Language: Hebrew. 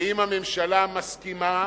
ואם הממשלה מסכימה,